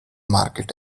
market